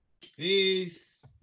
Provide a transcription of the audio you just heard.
Peace